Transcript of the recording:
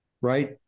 Right